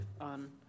on